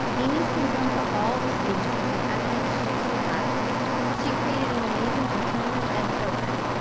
amy's concern for all the students has been evident since she arrived she created an amazing alternative ed program.